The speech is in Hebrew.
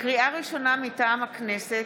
לקריאה ראשונה, מטעם הכנסת: